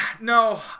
no